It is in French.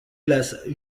glace